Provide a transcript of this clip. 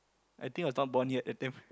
I think I was not born yet that time